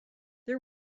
there